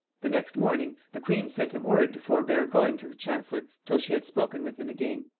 the next morning, the queen sent him word to forbear going to the chancellor till she had spoken with him again.